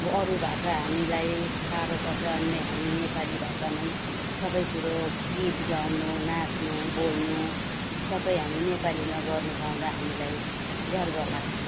अब अरू भाषा हामीलाई साह्रो पर्छ अन्त हामी नेपाली भाषामै सबै कुरो गीत गाउनु नाच्नु बोल्नु सबै हामी नेपालीमा गर्नु पाउँदा हामीलाई गर्व लाग्छ